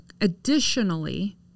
additionally